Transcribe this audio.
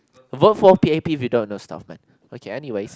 vote for p_a_p if you don't know stuff man okay anyways